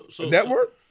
Network